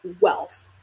wealth